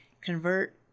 convert